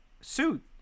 suit